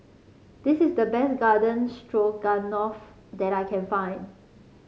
this is the best Garden Stroganoff that I can find